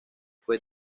fue